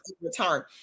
return